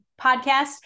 podcast